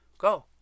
go